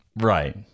Right